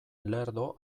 lerdo